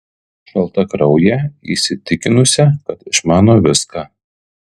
šaltakrauję įsitikinusią kad išmano viską